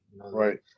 right